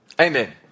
Amen